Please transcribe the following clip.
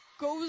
goes